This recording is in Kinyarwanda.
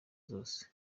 zose